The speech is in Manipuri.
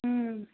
ꯎꯝ